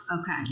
Okay